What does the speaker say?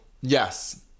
Yes